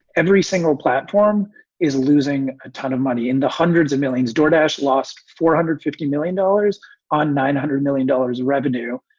every single platform is losing a ton of money. in the hundreds of millions, jordache lost four hundred and fifty million dollars on nine hundred million dollars revenue.